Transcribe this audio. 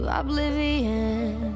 oblivion